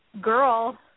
girl